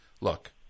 look